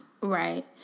right